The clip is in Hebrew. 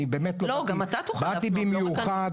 אני באתי במיוחד,